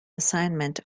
assignment